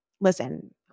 listen –